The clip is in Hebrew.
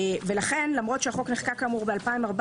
ולכן, למרות שהחוק נחקק כאמור ב-2014,